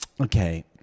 okay